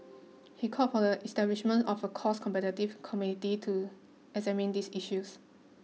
he called for the establishment of a cost competitive committee to examine these issues